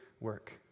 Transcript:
work